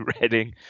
Reading